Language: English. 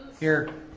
here.